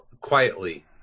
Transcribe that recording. Quietly